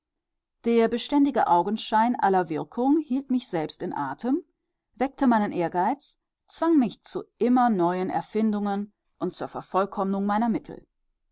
der beständige augenschein aller wirkung hielt mich selbst in atem weckte meinen ehrgeiz zwang mich zu immer neuen erfindungen und zur vervollkommnung meiner mittel